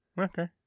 okay